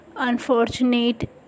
Unfortunate